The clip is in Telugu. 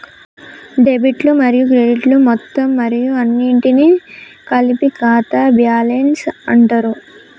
డెబిట్లు మరియు క్రెడిట్లు మొత్తం మరియు అన్నింటినీ కలిపి ఖాతా బ్యాలెన్స్ అంటరు